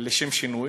לשם שינוי,